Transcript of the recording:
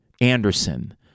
Anderson